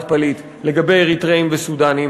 פליט בכלל לגבי אריתריאים וסודאנים,